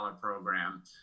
program